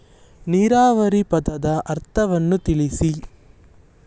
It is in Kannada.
ನೀರಾವರಿ ಪದದ ಅರ್ಥವನ್ನು ತಿಳಿಸಿ?